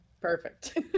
Perfect